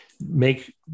Make